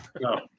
No